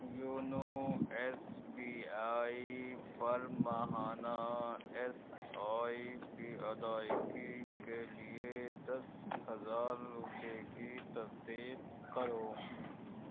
YONO SBI بی آئی پر ماہانہ ایس آئی پی ادائیگی کے لیے دس ہزار روپئے کی تصدیق کرو